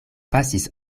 pasis